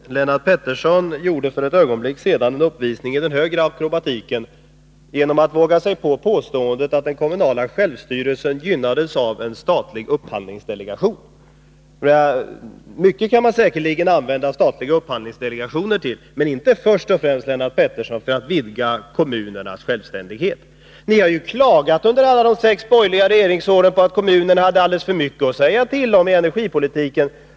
Herr talman! Lennart Pettersson gjorde för ett ögonblick sedan en uppvisning i den högre akrobatiken genom att våga sig på påståendet att den kommunala självstyrelsen gynnades av en statlig upphandlingsdelegation. Mycket kan man säkerligen använda en statlig upphandlingsdelegation till, men inte till att vidga kommunernas självstyrelse. Ni har ju klagat, Lennart Pettersson, under alla de sex borgerliga regeringsåren på att kommunerna haft alldeles för mycket att säga till om i energipolitiken.